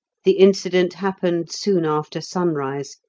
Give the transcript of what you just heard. the incident happened soon after sunrise,